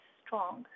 strong